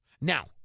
Now